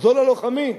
גדול הלוחמים,